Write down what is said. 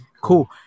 Cool